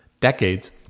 decades